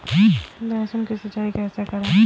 लहसुन की सिंचाई कैसे करें?